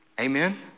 Amen